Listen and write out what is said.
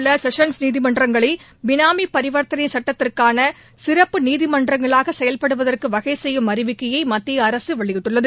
உள்ளசெஷன்ஸ் நீதிமன்றங்களைபினாமிபரிவர்த்தனைசட்டத்திற்கானசிறப்பு நாடுமுவதும் நீதிமன்றங்களாகசெயல்படுவதற்குவகைசெய்யும் அறிவிக்கையைமத்தியஅரசுவெளியிட்டுள்ளது